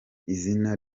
izina